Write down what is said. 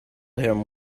him